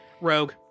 Rogue